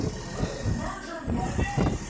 ah merger merger monday?